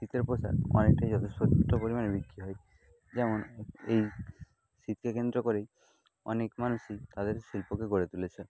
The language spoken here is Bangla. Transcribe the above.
শীতের পোশাক অনেকটাই যথেষ্ট পরিমাণে বিক্রি হয় যেমন এই শীতকে কেন্দ্র করেই অনেক মানুষই তাদের শিল্পকে গড়ে তুলেছে